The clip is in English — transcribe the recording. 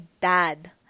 dad